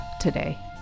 today